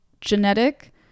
genetic